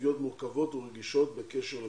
בסוגיות מורכבות ורגישות בקשר לפעילותה.